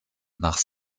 nach